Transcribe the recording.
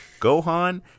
Gohan